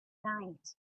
night